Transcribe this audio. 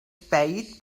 spade